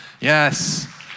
Yes